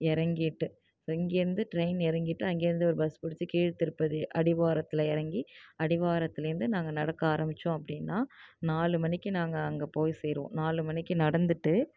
இறங்கிட்டு அங்கேருந்து ட்ரைன் இறங்கிட்டு அங்கேருந்து ஒரு பஸ் புடிச்சு கீழ் திருப்பதி அடிவாரத்தில் இறங்கி அடிவாரத்துலேருந்து நாங்கள் நடக்க ஆரம்மிச்சோம் அப்படின்னா நாலு மணிக்கு நாங்கள் அங்கே போய் சேருவோம் நாலு மணிக்கு நடந்துவிட்டு